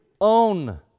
Own